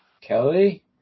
Kelly